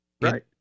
Right